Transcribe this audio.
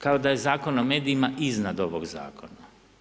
Kao da je Zakon o medijima iznad ovog zakona.